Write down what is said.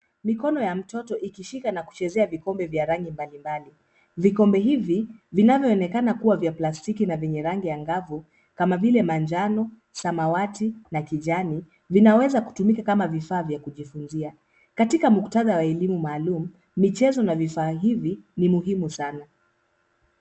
Mikono ya mtoto ikishika na kuchezea vikombe vya rangi mbalimbali. Vikombe hivi vinavyoonekana kuwa vya plastiki na yenye rangi angavu kama vile manjano, samawati na kijani, vinaweza kutumika kama vifaa vya kujifunzia. Katika muktadha wa elimu maalum, michezo na vifaa hivi ni muhimu sana.